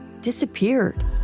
disappeared